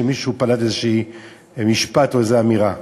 שמישהו פלט איזה משפט או איזו אמירה.